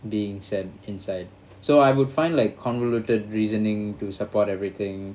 being said inside so I would find like convoluted reasoning to support everything